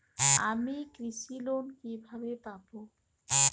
আমি কৃষি লোন কিভাবে পাবো?